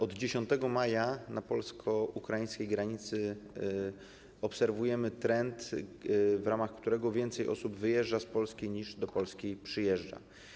Od 10 maja na polsko-ukraińskiej granicy obserwujemy trend, w ramach którego więcej osób wyjeżdża z Polski, niż do Polski przyjeżdża.